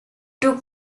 took